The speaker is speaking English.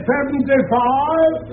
Seventy-five